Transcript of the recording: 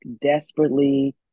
desperately